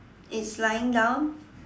it's lying down